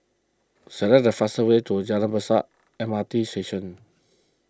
select the fastest way to Jalan Besar M R T Station